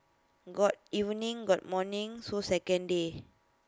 got evening got morning so second day